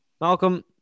Malcolm